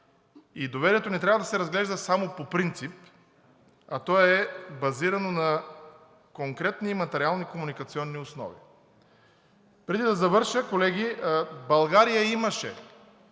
И доверието не трябва да се разглежда само по принцип, а то е базирано на конкретни и материални комуникационни основи. Преди да завърша, колеги, България имаше,